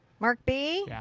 mark b?